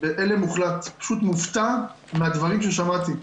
בהלם מוחלט, פשוט מופתע מהדברים ששמעתי.